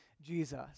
Jesus